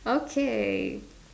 okay